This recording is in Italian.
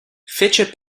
fece